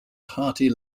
hearty